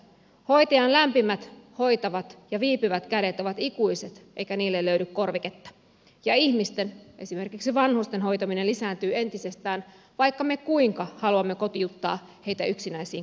hoitajan lämpimät hoitavat ja viipyvät kädet ovat ikuiset eikä niille löydy korviketta ja ihmisten esimerkiksi vanhusten hoitaminen lisääntyy entisestään vaikka me kuinka haluamme kotiuttaa heitä yksinäisiin koteihinsa